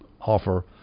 offer